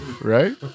right